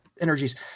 energies